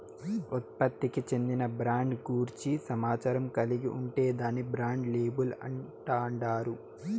ఉత్పత్తికి చెందిన బ్రాండ్ గూర్చి సమాచారం కలిగి ఉంటే దాన్ని బ్రాండ్ లేబుల్ అంటాండారు